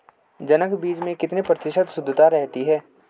जनक बीज में कितने प्रतिशत शुद्धता रहती है?